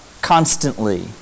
constantly